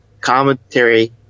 commentary